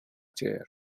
chair